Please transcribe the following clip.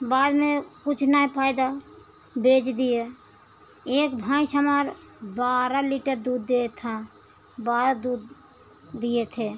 बाद में कुछ नाय फायदा बेच दिए एक भैंस हमार बारह लीटर दूध देत है बारह दूध दिए थे